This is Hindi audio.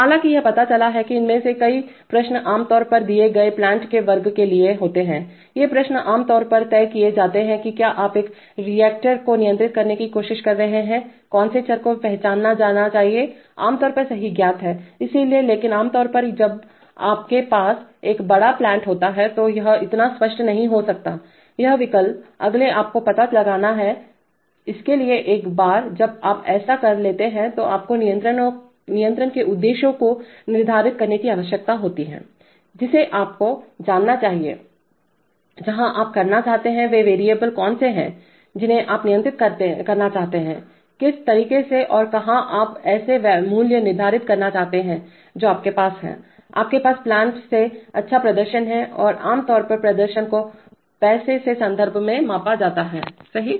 हालाँकियह पता चला है कि इनमें से कई प्रश्न आम तौर पर दिए गए प्लांट के वर्ग के लिए होते हैं ये प्रश्न आम तौर पर तय किए जाते हैं कि क्या आप एक रिएक्टर को नियंत्रित करने की कोशिश कर रहे हैं कौन से चर को पहचाना जाना चाहिए आमतौर पर सही ज्ञात है इसलिएलेकिन आम तौर पर जब आपके पास एक बड़ा प्लांट होता है तो यह इतना स्पष्ट नहीं हो सकता है ये विकल्प अगले आपको पता लगाना हैइसलिए एक बार जब आप ऐसा कर लेते हैंतो आपको नियंत्रण के उद्देश्यों को निर्धारित करने की आवश्यकता होती है जिसे आपको जानना चाहिएजहां आप करना चाहते हैं वे चरवेरिएबल कौन से हैं जिन्हें आप नियंत्रित करना चाहते हैं किस तरीके से और कहाँ आप ऐसे मूल्य निर्धारित करना चाहते हैं जो आपके पास हैं आपके पास प्लांट से अच्छा प्रदर्शन है और आम तौर पर प्रदर्शन को पैसे के संदर्भ में मापा जाता है सही